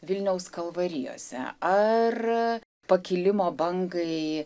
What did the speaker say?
vilniaus kalvarijose ar pakilimo bangai